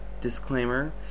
disclaimer